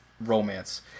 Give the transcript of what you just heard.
romance